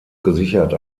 gesichert